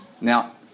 Now